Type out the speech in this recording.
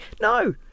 no